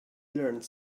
learned